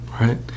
Right